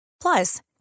Plus